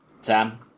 Sam